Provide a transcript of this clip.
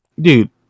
Dude